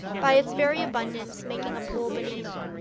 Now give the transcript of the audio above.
by its very abundance making a pool beneath.